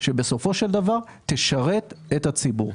שבסופו של דבר היא תשרת את הציבור.